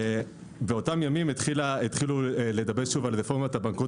באותם ימים התחילו לדבר שוב על רפורמת הבנקאות